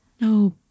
No